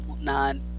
Nine